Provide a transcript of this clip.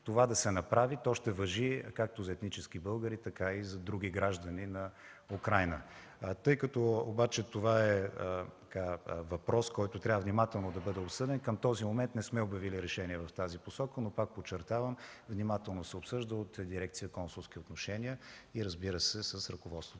това да се направи. То ще важи както за етнически българи, така и за други граждани на Украйна. Тъй като обаче това е въпрос, който трябва внимателно да бъде обсъден, към този момент не сме обявили решение в тази посока, но, пак подчертавам, внимателно се обсъжда от дирекция „Консулски отношения” и, разбира се, с ръководството